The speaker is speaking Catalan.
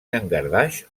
llangardaix